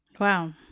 wow